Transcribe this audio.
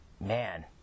man